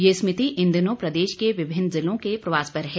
ये समिति इन दिनों प्रदेश के विभिन्न जिलों के प्रवास पर है